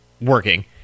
working